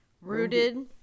Rooted